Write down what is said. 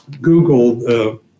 Google